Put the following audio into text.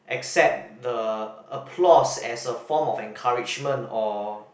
accept the applause as a form of encouragement or